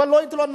אבל לא התלוננתי.